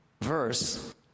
verse